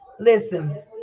Listen